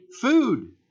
food